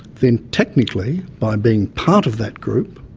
then technically by being part of that group